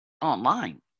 online